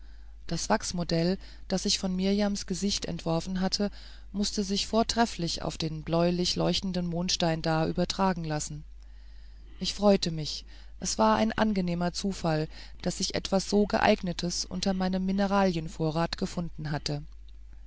das wachsmodell das ich von mirjams gesicht entworfen hatte mußte sich vortrefflich auf den bläulich leuchtenden mondstein da übertragen lassen ich freute mich es war ein angenehmer zufall daß sich etwas so geeignetes unter meinem mineralienvorrat gefunden hatte